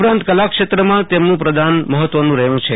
ઉપરાંત કલાક્ષેત્રમાં તેમનું પદાન મહત્વન રહય છે